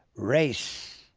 race,